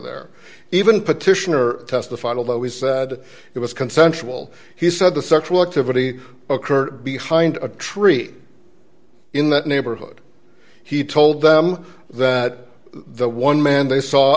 there even petitioner testified although he said it was consensual he said the sexual activity occurred behind a tree in that neighborhood he told them that the one man they saw